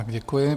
Děkuji.